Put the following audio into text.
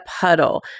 puddle